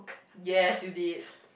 yes you did